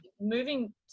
moving